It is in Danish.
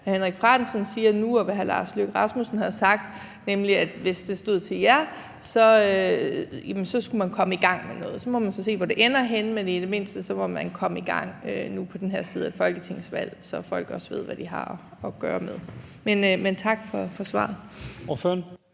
Henrik Frandsen siger nu, og hvad hr. Lars Løkke Rasmussen har sagt, nemlig at hvis det stod til jer, skulle man komme i gang med noget. Så må man se, hvor det ender henne, men i det mindste var man kommet i gang på den her side af et folketingsvalg, så folk også ved, hvad de har at gøre med. Men tak for svaret.